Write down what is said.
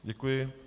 Děkuji.